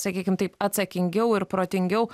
sakykim taip atsakingiau ir protingiau